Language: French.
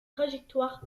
trajectoire